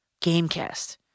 Gamecast